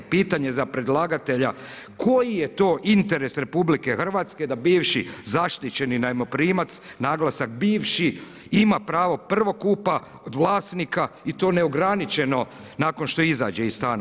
Pitanje za predlagatelja koji je to interes RH da bivši zaštićeni najmoprimac naglasak bivši ima pravo prvokupa od vlasnika i to neograničeno nakon što izađe iz stana.